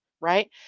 right